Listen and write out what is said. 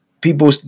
People